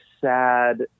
sad